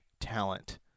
talent